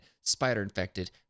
Spider-Infected